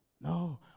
No